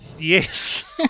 yes